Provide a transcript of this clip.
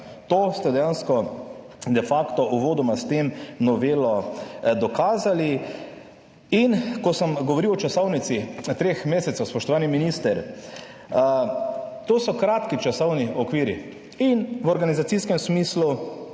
To ste dejansko de facto uvodoma s to novelo dokazali. Ko sem govoril o časovnici treh mesecev, spoštovani minister, to so kratki časovni okviri. V organizacijskem smislu,